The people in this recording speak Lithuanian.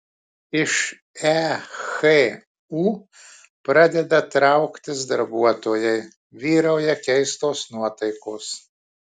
iš ehu pradeda trauktis darbuotojai vyrauja keistos nuotaikos